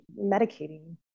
medicating